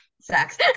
sex